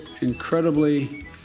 incredibly